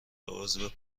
عضو